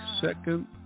second